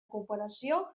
cooperació